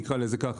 נקרא לזה כך,